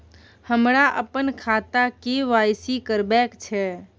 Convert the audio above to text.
हमरा अपन खाता के के.वाई.सी करबैक छै